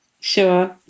Sure